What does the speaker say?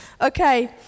Okay